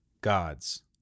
God's